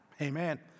Amen